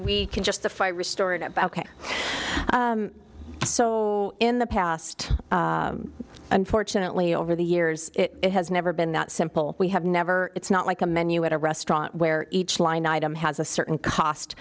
we can justify restored so in the past unfortunately over the years it has never been that simple we have never it's not like a menu at a restaurant where each line item has a certain cost